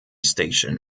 station